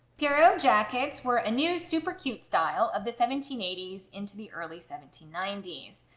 pierrot jackets were a new super cute style of the seventeen eighty s into the early seventeen ninety s.